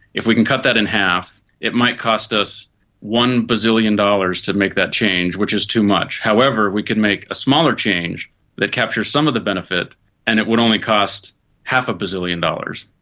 if we can cut that in half it might cost us one bazillion dollars to make that change, which is too much. however, we could make a smaller change that captures some of the benefit and it would only cost half a bazillion dollars.